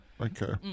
okay